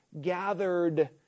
gathered